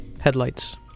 Headlights